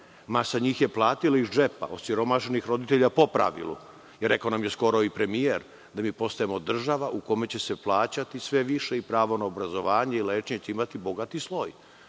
Masa njih je platila iz džepa, osiromašenih roditelja po pravilu. Skoro nam je rekao i premijer da mi postajemo država u kome će plaćati sve više i pravo na obrazovanje i lečenje će imati bogati sloj.